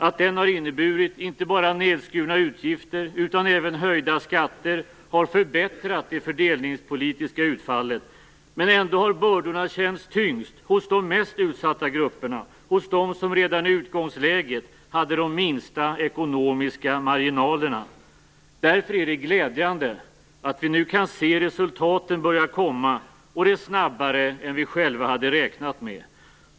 Att den har inneburit inte bara nedskurna utgifter utan även höjda skatter har förbättrat det fördelningspolitiska utfallet. Men ändå har bördorna känts tyngst hos de mest utsatta grupperna - hos dem som redan i utgångsläget hade de minsta ekonomiska marginalerna. Därför är det glädjande att vi nu kan se resultaten börja komma, och det snabbare än vi själva hade räknat med.